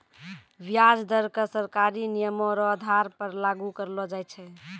व्याज दर क सरकारी नियमो र आधार पर लागू करलो जाय छै